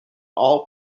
all